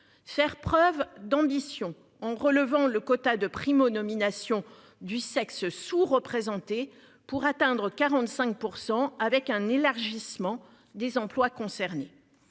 faire preuve d'ambition en relevant le quota de Primo nomination du sexe sous-représenté pour atteindre 45%, avec un élargissement des employes concernés.